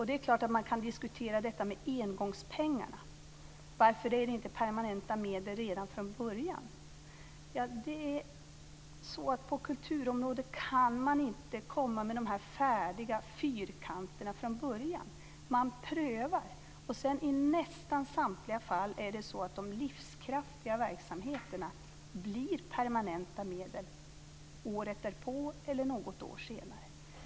Det är klart att man kan diskutera detta med engångspengarna. Varför är det inte permanenta medel redan från början? Ja, det är så att på kulturområdet kan man inte komma med färdiga fyrkanter från början. Man prövar, och sedan i nästan samtliga fall är det så att de livskraftiga verksamheterna blir permanenta medel året därpå eller något år senare.